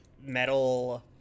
metal